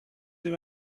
you